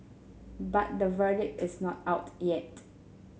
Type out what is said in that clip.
but the verdict is not out yet